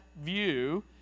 view